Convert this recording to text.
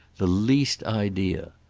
the least idea.